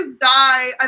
die